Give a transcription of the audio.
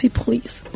please